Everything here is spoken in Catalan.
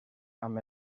amb